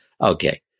Okay